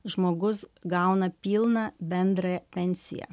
žmogus gauna pilną bendrą pensiją